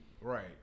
right